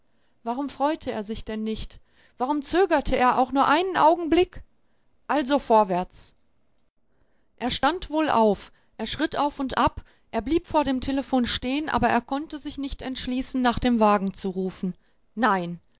warum freute er sich denn nicht warum zögerte er auch nur einen augenblick also vorwärts er stand wohl auf er schritt auf und ab er blieb vor dem telephon stehen aber er konnte sich nicht entschließen nach dem wagen zu rufen nein